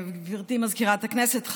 גברתי מזכירת הכנסת,